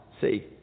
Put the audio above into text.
See